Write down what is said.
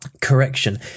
correction